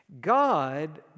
God